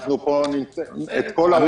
אנחנו נצטרך את כל הסיוע.